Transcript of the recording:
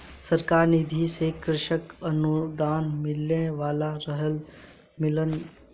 सरकार निधि से कृषक अनुदान मिले वाला रहे और मिलल कि ना ओकर पुष्टि रउवा कर सकी ला का?